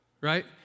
right